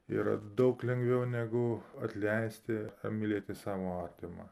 yra daug lengviau negu atleisti mylėti savo artimą